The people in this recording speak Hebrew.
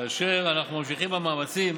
כאשר אנחנו ממשיכים במאמצים